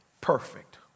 Perfect